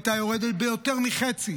הייתה יורדת ביותר מחצי.